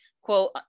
quote